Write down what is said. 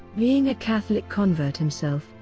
being a catholic convert himself,